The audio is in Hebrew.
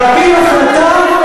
אני חבר בוועדת כספים,